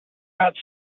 got